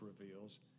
reveals